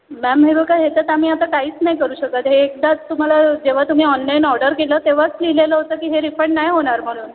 ma'am हे बघा ह्याच्यात आम्ही आता काहीच नाही करू शकत हे एकदाच तुम्हाला जेव्हा तुम्ही ऑनलाईन ऑर्डर केलं तेव्हाच लिहिलेलं होतं की हे रिफंड नाही होणार म्हणून